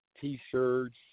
T-shirts